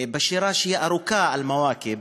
בשירה שהיא ארוכה, "אל-מואכב",